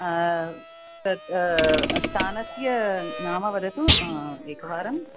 तत् स्थानस्य नाम वदतु एकवारम्